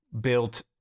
built